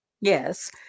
Yes